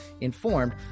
informed